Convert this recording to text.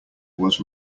was